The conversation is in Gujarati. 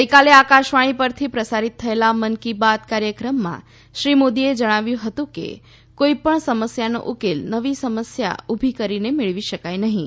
ગઈકાલે આકાશવાણી પરથી પ્રસારી થયેલા મન કી બાત કાર્યક્રમમાં શ્રી મોદીએ જણાવ્યું હતું કે કોઈપણ સમસ્યાનો ઉકેલ નવી સમસ્યા ઉભી કરીને મેળવી શકાય નહીં